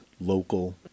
local